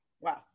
Wow